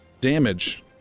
damage